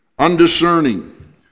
Undiscerning